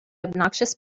obnoxious